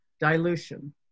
dilution